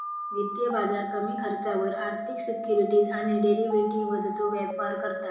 वित्तीय बाजार कमी खर्चावर आर्थिक सिक्युरिटीज आणि डेरिव्हेटिवजचो व्यापार करता